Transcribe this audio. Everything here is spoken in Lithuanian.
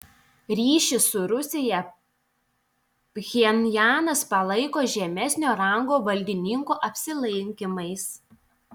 ryšį su rusija pchenjanas palaiko žemesnio rango valdininkų apsilankymais